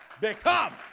become